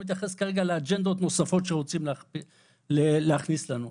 לאג'נדות נוספות שרוצים להכניס לנו.